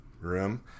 room